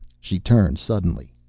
she turned suddenly.